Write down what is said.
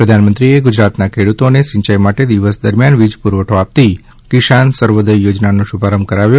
પ્રધાનમંત્રીએ ગુજરાતના ખેડુતોને સિંયાઇ માટે દિવસ દરમિથાન વિજ પુરવઠો આપતી કિસાન સૂર્યોદય યોજનાનો શુભારંભ કરાવ્યો